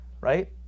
right